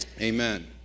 Amen